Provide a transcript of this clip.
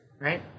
Right